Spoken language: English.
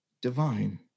divine